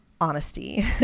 honesty